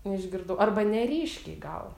neišgirdau arba neryškiai gal